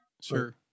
Sure